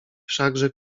wszakże